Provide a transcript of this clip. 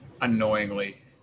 annoyingly